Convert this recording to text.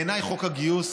בעיניי חוק הגיוס